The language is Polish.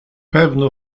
pewno